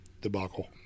debacle